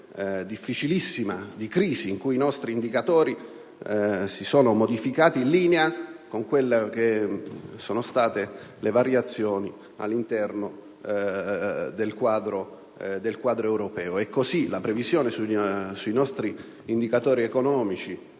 difficilissima situazione di crisi, in cui i nostri indicatori si sono modificati in linea con le variazioni all'interno del quadro europeo. Così, la previsione sui nostri indicatori economici,